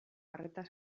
arreta